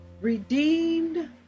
redeemed